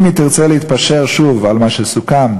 אם היא תרצה להתפשר שוב על מה שסוכם,